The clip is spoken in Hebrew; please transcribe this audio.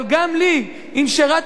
אבל, גם לי, אם שירתתי.